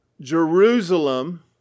Jerusalem